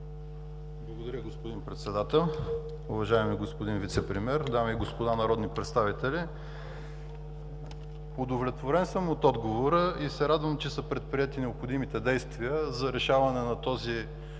Благодаря, господин Председател. Уважаеми господин Вицепремиер, дами и господа народни представители! Удовлетворен съм от отговора и се радвам, че са предприети необходимите действия за решаване на този наистина